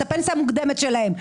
שיממנו את הפנסיה המוקדמת שלהם.